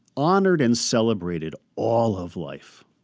honored, and celebrated all of life.